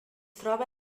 troba